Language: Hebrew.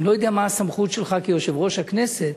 אני לא יודע מה הסמכות שלך כיושב-ראש הכנסת,